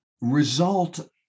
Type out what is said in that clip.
result